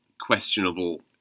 questionable